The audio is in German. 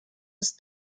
ist